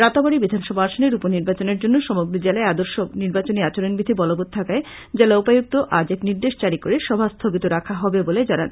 রাতাবাড়ি বিধানসভা আসনের উপনির্বাচনের জন্য সমগ্র জেলায় আদর্শ নির্বাচনী আচরণবিধি বলবৎ থাকায় জেলা উপায়ুক্ত আজ এক নির্দেশ জারি করে সভা স্থগিত রাখা হবে বলে জানান